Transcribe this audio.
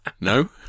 No